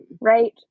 right